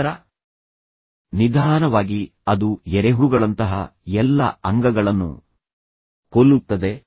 ನಂತರ ನಿಧಾನವಾಗಿ ಅದು ಎರೆಹುಳುಗಳಂತಹ ಎಲ್ಲಾ ಅಂಗಗಳನ್ನು ಕೊಲ್ಲುತ್ತದೆ